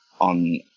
on